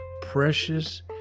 precious